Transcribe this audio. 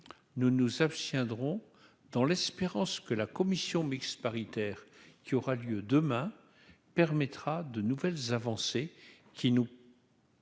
nous nous abstiendrons dans l'espérance, que la commission mixte paritaire qui aura lieu demain permettra de nouvelles avancées qui nous.